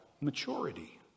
maturity